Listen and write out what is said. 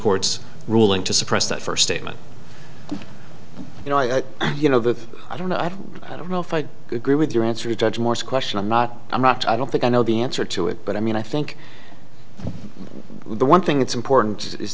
court's ruling to suppress that first statement you know i you know i don't know i don't know if i agree with your answer to judge morse question i'm not i'm not i don't think i know the answer to it but i mean i think the one thing that's important i